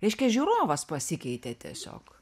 reiškia žiūrovas pasikeitė tiesiog